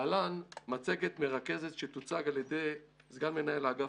להלן מצגת מרכזת שתוצג על ידי סגן מנהל האגף,